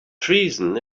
treason